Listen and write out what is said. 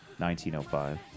1905